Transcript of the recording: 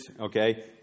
okay